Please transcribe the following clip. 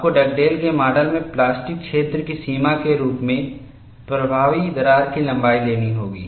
आपको डगडेल के माडल में प्लास्टिक क्षेत्र की सीमा के रूप में प्रभावी दरार की लंबाई लेनी होगी